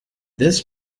this